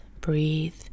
breathe